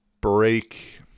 break